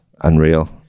unreal